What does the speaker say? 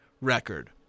record